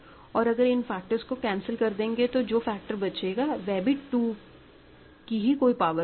और अगर इन फैक्टर्स को कैंसिल कर देंगे तो जो फैक्टर बचेंगे वह भी 2 की ही कोई पावर होगी